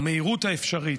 במהירות האפשרית,